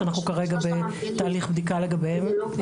שאנחנו כרגע בתהליך בדיקה לגביהם.